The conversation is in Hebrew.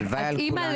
הלוואי על כולנו.